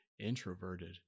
introverted